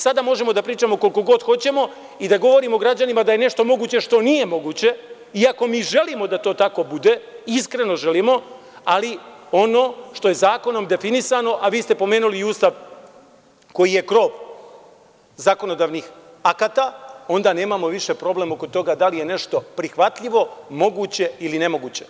Sada možemo da pričamo koliko god hoćemo i da govorimo građanima da je nešto moguće što nije moguće iako mi želimo da to tako bude, iskreno želimo, ali ono što je zakonom definisano, a vi ste pomenuli i Ustav koji je kroz zakonodavnih akata, onda nemamo više problem oko toga da li je nešto prihvatljivo, moguće ili nemoguće.